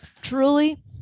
truly